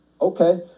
okay